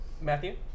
Matthew